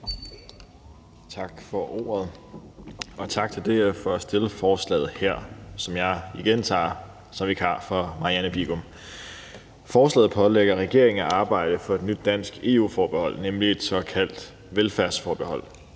Tak for ordet. Og tak til DF for at fremsætte forslaget her – også her vikarierer jeg for fru Marianne Bigum. Forslaget pålægger regeringen at arbejde for et nyt dansk EU-forbehold, nemlig et såkaldt velfærdsforbehold.